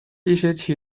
一些